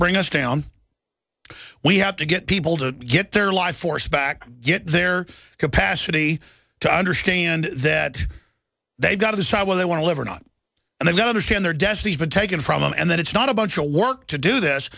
bring us down we have to get people to get their life force back get their capacity to understand that they've got to decide when they want to live or not and they don't understand their death even taken from them and that it's not a bunch of work to do this